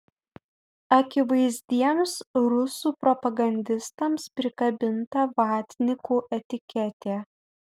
akivaizdiems rusų propagandistams prikabinta vatnikų etiketė